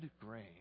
grain